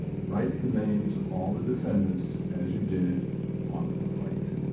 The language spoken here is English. write the names of all the defendants as you did on the complaint.